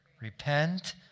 Repent